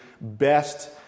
best